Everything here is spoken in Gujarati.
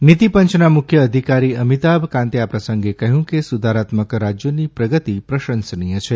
નીતિપંચના મુખ્ય અધિકારી અમિતાભ કાંતે આ પ્રસંગે કહ્યું કે સુધારાત્મક રાજ્યોની પ્રગતિ પ્રશંસનીય છે